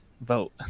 vote